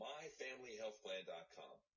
MyFamilyHealthPlan.com